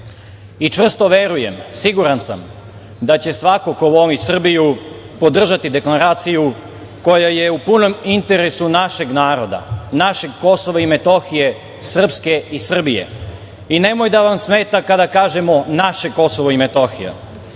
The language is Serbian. i čvrsto verujem, siguran sam, da će svako ko voli Srbiju podržati deklaraciju koja je u punom interesu našeg naroda, našeg Kosova i Metohije, Srpske i Srbije. I nemoj da vam smeta kada kažemo – naše Kosovo i Metohije. Što